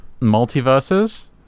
multiverses